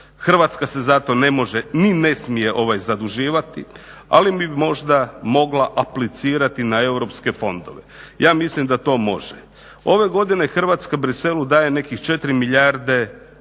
Hrvatska se za to ne može ni ne smije zaduživati, ali bi možda mogla aplicirati na europske fondove, ja mislim da to može. Ove godine Hrvatska Bruxellesu daje nekih 4 milijarde